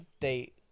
date